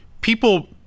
People